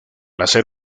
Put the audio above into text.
hacer